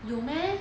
有 meh